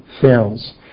fails